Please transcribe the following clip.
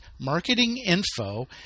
marketinginfo